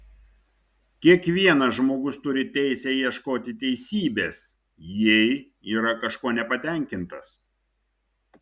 kiekvienas žmogus turi teisę ieškoti teisybės jei yra kažkuo nepatenkintas